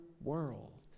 world